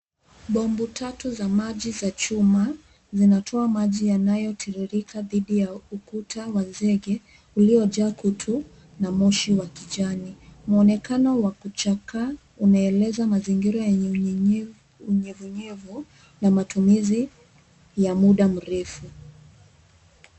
Bomba tatu za maji za chuma zinatoa maji yanayotiririka dhidi ya ukuta wa zege uliojaa kutu na moshi wa kijani. Mwonekano wa kuchakaa unaeleza mazingira yenye unyevunyevu na matumizi ya muda mrefu.